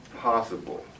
possible